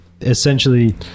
essentially